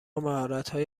مهارتهای